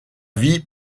vie